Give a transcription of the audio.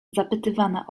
zapytywana